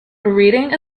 reading